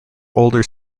older